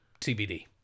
TBD